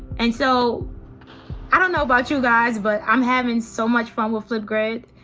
and so i don't know about you guys, but i'm having so much fun with flipgrid.